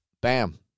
bam